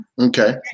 Okay